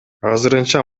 азырынча